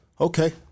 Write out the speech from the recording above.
Okay